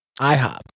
ihop